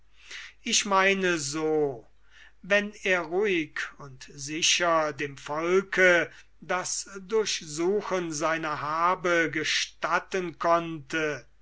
ich meine so wenn er ruhig und sicher dem volke das durchsuchen gestatten konnte